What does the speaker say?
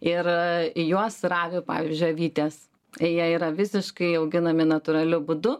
ir į juos ravi pavyzdžiui avytės jie yra visiškai auginami natūraliu būdu